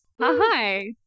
Hi